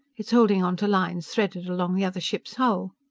it's holding onto lines threaded along the other ship's hull.